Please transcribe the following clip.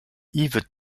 yves